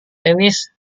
tenis